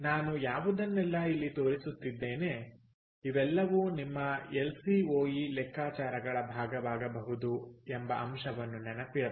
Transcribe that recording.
ನಾನು ಯಾವುದನ್ನೆಲ್ಲ ಇಲ್ಲಿ ತೋರಿಸುತ್ತಿದ್ದೇನೆ ಇವೆಲ್ಲವೂ ನಿಮ್ಮ ಎಲ್ಸಿಒಇ ಲೆಕ್ಕಾಚಾರಗಳ ಭಾಗವಾಗಬಹುದು ಎಂಬ ಅಂಶವನ್ನು ನೆನಪಿಡಬೇಕು